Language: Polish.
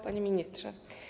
Panie Ministrze!